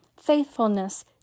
faithfulness